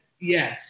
Yes